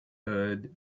herd